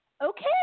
okay